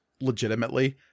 legitimately